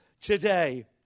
today